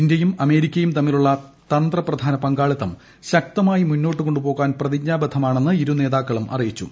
ഇന്ത്യയും അമേരിക്കയും തമ്മിലുള്ള തന്ത്രപ്രധാന പങ്കാളിത്തം ശക്തമായി മുന്നോട്ടു കൊണ്ടുപോകാൻ പ്രതിജ്ഞാ ബദ്ധരാണെന്ന് ഇരുനേതാക്കളും അറിയിച്ചു